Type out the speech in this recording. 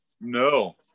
no